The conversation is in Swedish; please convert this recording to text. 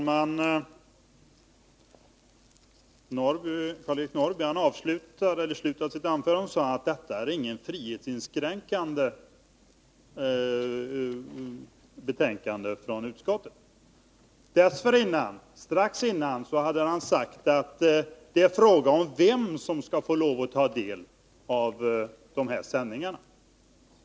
Herr talman! Karl-Eric Norrby sade i slutet av sitt anförande att det är inget frihetsinskränkande i kulturutskottets betänkande. Strax dessförinnan hade han sagt att det är fråga om vem som skall få lov att ta del av sändningarna.